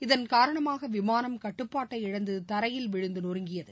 இதன் காரணமாகவிமானம் கட்டுப்பாட்டை இழந்துதரையில் விழுந்துநொறுங்கியது